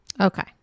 okay